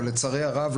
ולצערי הרב,